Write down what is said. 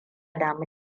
damu